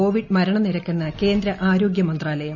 Covid മരണനിരക്കെന്ന് കേന്ദ്ര ആരോഗ്യമന്ത്രാലയം